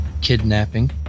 kidnapping